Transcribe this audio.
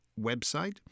website